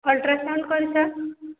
ultrasound କରିଛ